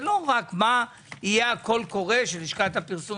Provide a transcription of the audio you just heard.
זה לא רק מה יהיה הקול קורא של לשכת הפרסום